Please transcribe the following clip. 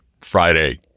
friday